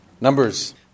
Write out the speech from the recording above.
Numbers